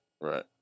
Right